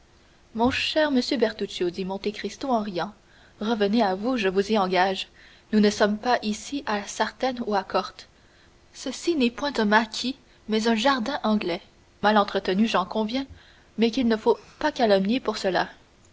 mon cher monsieur bertuccio dit monte cristo en riant revenez à vous je vous y engage nous ne sommes pas ici à sartène ou à corte ceci n'est point un maquis mais un jardin anglais mal entretenu j'en conviens mais qu'il ne faut pas calomnier pour cela